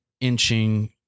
inching